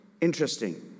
Interesting